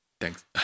Thanks